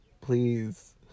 please